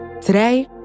Today